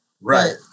right